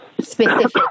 specific